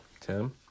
Tim